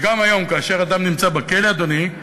וגם היום, כאשר אדם נמצא בכלא, אדוני,